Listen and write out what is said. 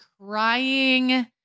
crying